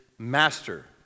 Master